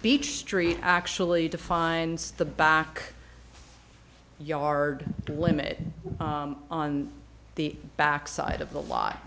beach street actually defines the back yard limit on the back side of the lot